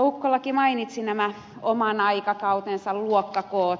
ukkolakin mainitsi nämä oman aikakautensa luokkakoot